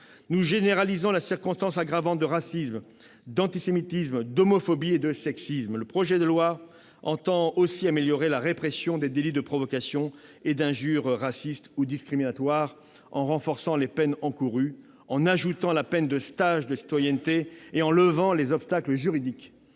Nous généralisons la circonstance aggravante de racisme, d'antisémitisme, d'homophobie et de sexisme. Le projet de loi tend aussi à améliorer la répression des délits de provocation et d'injures racistes ou discriminatoires, en renforçant les peines encourues, en ajoutant la peine de stage de citoyenneté et en levant les obstacles juridiques